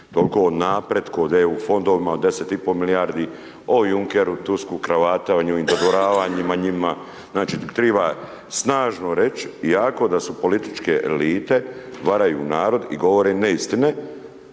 toliko o napretku, o EU fondovima, o 10,5 milijardi, o Junkeru, Tusku…/Govornik se ne razumije/…dodvoravanjima njima, znači, triba snažno reć, jako da su političke elite, varaju narod i govore im neistine,